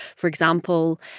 for example,